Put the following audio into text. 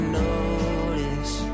notice